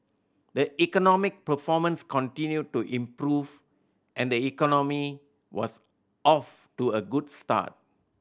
the economic performance continued to improve and the economy was off to a good start